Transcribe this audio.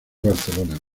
barcelona